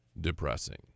depressing